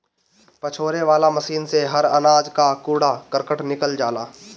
पछोरे वाला मशीन से हर अनाज कअ कूड़ा करकट निकल जाला